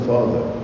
Father